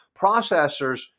Processors